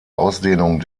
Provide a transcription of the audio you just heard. ausdehnung